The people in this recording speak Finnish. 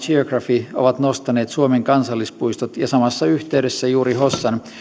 geographic ovat nostaneet suomen kansallispuistot ja samassa yhteydessä juuri hossan